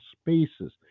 spaces